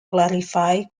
clarify